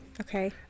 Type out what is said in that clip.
Okay